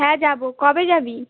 হ্যাঁ যাবো কবে যাবি